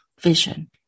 vision